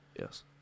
Yes